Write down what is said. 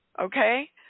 Okay